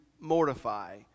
mortify